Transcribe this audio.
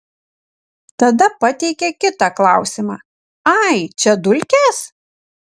tada pateikė kitą klausimą ai čia dulkės